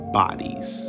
bodies